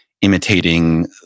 imitating